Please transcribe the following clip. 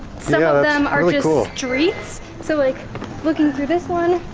some of them are just streets, so like looking through this one,